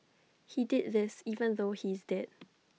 he did this even though he is dead